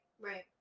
Right